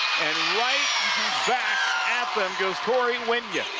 right back at them goes tori and wynja.